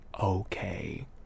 Okay